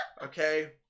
Okay